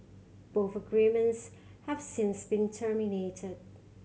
both agreements have since been terminated